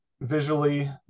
visually